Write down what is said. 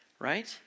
Right